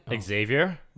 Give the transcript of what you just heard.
Xavier